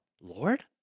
Lord